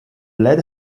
lead